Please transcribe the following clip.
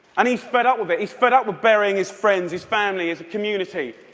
and he's fed up with it. he's fed up with burying his friends, his family, his community.